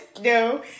no